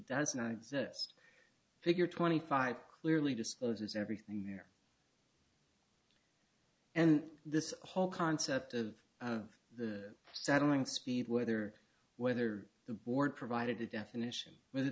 does not exist figure twenty five clearly discloses everything there and this whole concept of the settling speed whether whether the board provided a definition whe